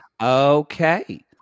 Okay